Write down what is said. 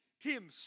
Tim